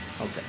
Okay